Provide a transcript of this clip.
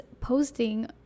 posting